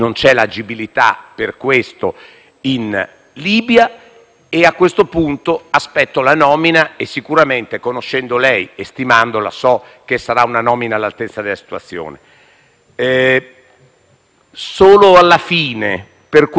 A questo punto aspetto la nomina e sicuramente, conoscendola e stimandola, so che sarà una nomina all'altezza della situazione. Solo alla fine, per quel po' di polemica che un pochino ciascuno di noi mette,